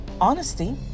honesty